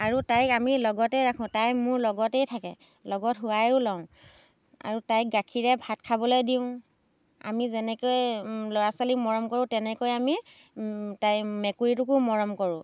আৰু তাইক আমি লগতেই ৰাখোঁ তাই মোৰ লগতেই থাকে লগত শুৱায়ো লওঁ আৰু তাইক গাখীৰে ভাত খাবলে দিওঁ আমি যেনেকৈ ল'ৰা ছোৱালাীক মৰম কৰোঁ তেনেকৈ আমি তাই মেকুৰীটোকো মৰম কৰোঁ